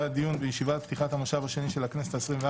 הדיון בישיבת פתיחת המושב השני של הכנסת ה-24,